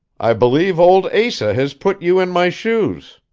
i believe old asa has put you in my shoes.